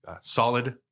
solid